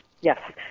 Yes